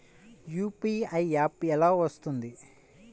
UPI app ఎలా వస్తుంది?